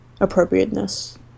Appropriateness